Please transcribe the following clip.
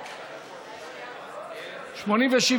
עודד פורר ויוליה מלינובסקי לשם החוק לא נתקבלה.